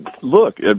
look